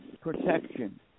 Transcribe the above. protection